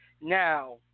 now